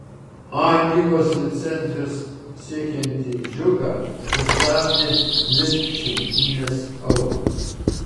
a lygos licencijos siekiantį džiugą pristabdė dvi šimtinės eurų